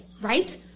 right